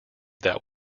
that